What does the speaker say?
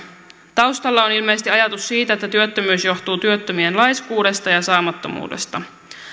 taustalla on ilmeisesti ajatus siitä että työttömyys johtuu työttömien laiskuudesta ja saamattomuudesta